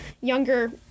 younger